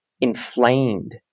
inflamed